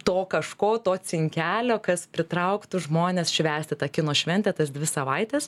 to kažko to cinkelio kas pritrauktų žmones švęsti tą kino šventę tas dvi savaites